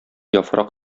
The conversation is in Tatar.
яфрак